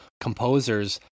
composers